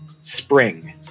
spring